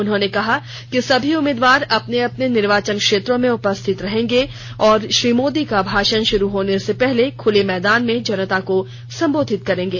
उन्होंने कहा कि सभी उम्मीदवार अपने अपने निर्वाचन क्षेत्रों में उपस्थित रहेंगे और श्री मोदी का भाषण शुरू होने से पहले खुले मैदान में जनता को संबोधित करेंगे